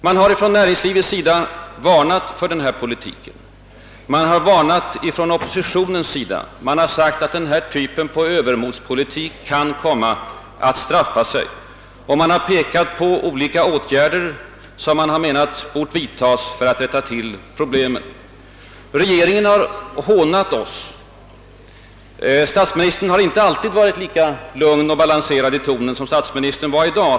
Man har från näringslivets sida varnat för denna politik, man har varnat från oppositionens sida. Man har sagt att övermodspolitiken kan komma att straffa sig. Man har pekat på olika åtgärder, som hade bort vidtagas för att rätta till situationen. Regeringen har hånat oss. Statsministern har inte alltid varit lika lugn och balanserad i tonen som i dag.